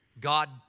God